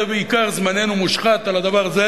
עיקר זמננו מושחת על הדבר הזה,